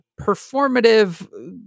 performative